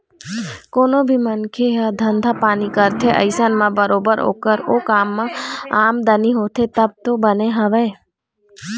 कोनो भी मनखे ह धंधा पानी करथे अइसन म बरोबर ओखर ओ काम म आमदनी होथे तब तो बने हवय